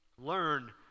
Learn